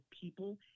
people